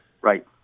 Right